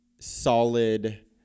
solid